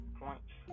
points